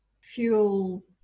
fuel